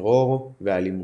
טרור ואלימות.